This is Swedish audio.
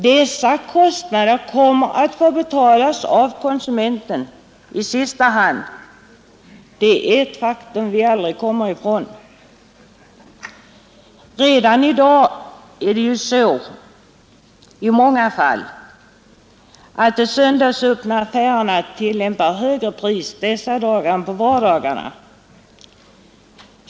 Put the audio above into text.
Dessa kostnader får konsumenterna betala i sista hand; det är ett faktum som vi aldrig kommer ifrån. Redan i dag är det i många fall så att de söndagsöppna affärerna tillämpar högre priser under söndagar än på vardagarna.